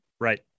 Right